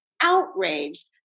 outraged